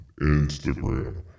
Instagram